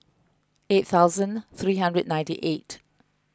eight thousand three hundred ninety eight